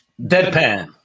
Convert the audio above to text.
Deadpan